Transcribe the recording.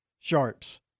Sharps